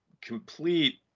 complete